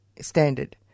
Standard